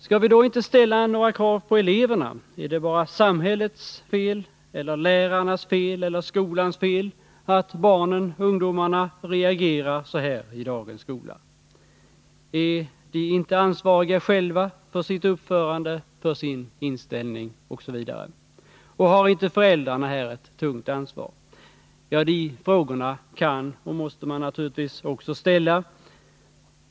Skall vi då inte ställa några krav på eleverna? Är det bara samhällets fel eller lärarnas fel eller skolans fel att barnen-ungdomarna reagerar så här i dagens skola? Är de inte ansvariga själva för sitt uppförande, för sin inställning osv.? Och har inte föräldrarna här ett tungt ansvar? Ja, de frågorna kan och måste man naturligtvis ställa.